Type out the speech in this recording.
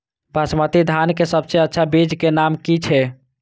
बासमती धान के सबसे अच्छा बीज के नाम की छे?